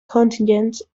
contingents